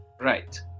Right